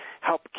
help